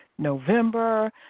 November